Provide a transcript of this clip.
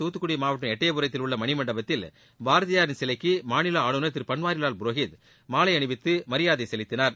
தூத்துக்குடி மாவட்டம் எட்டயபுரத்தில் உள்ள மணிமண்டபத்தில் பாரதியாரின் சிலைக்கு மாநில ஆளுநர் திரு பன்வாரிவால் புரோஹித் மாலை அணிவித்து மரியாதை செலுத்தினார்